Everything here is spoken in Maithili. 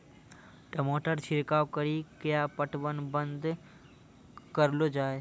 टमाटर छिड़काव कड़ी क्या पटवन बंद करऽ लो जाए?